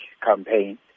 campaign